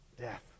Death